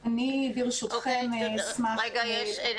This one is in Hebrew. תודה, זאב.